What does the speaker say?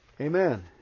Amen